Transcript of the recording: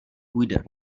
půjde